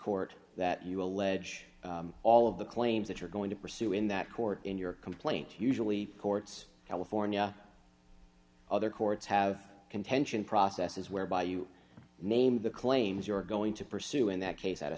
court that you allege all of the claims that you're going to pursue in that court in your complaint usually courts california other courts have contention processes whereby you name the claims you're going to pursue in that case at a